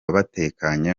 batekanye